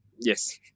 yes